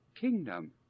kingdom